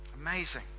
Amazing